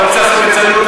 אתה רוצה לעשות ליצנות?